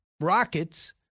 Rockets